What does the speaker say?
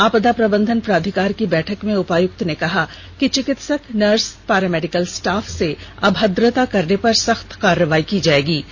आपदा प्रबंधन प्राधिकार की बैठक में उपायुक्त ने कहा कि चिकित्सक नर्स पारा मेडिकल स्टाफ से अभद्रता करने पर सख्त कार्रवाई की जाएगो